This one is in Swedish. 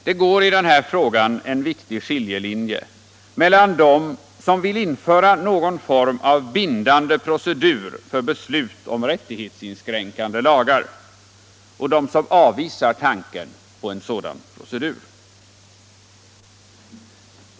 Det går i den här frågan en viktig skiljelinje mellan dem som vill införa någon form av bindande procedur för beslut om rättighetsinskränkande lagar och dem som avvisar tanken på en sådan procedur.